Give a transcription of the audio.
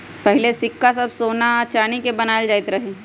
पहिले सिक्का सभ सोना आऽ चानी के बनाएल जाइत रहइ